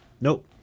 Nope